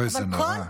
אוי, זה נורא.